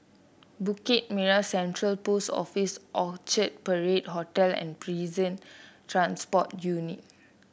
Bukit Merah Central Post Office Orchard Parade Hotel and Prison Transport Unit